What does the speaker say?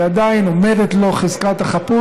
כי עדיין עומדת לו חזקת החפות,